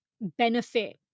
benefit